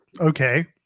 okay